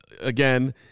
Again